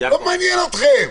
לא מעניין אתכם.